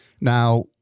Now